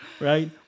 right